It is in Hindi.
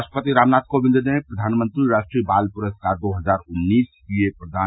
राष्ट्रपति रामनाथ कोविंद ने प्रघानमंत्री राष्ट्रीय बाल पुरस्कार दो हजार उन्नीस किए प्रदान